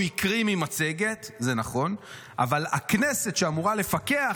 הוא הקריא ממצגת, זה נכון, אבל הכנסת, שאמורה לפקח